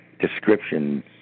descriptions